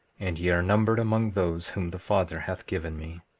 and ye are numbered among those whom the father hath given me.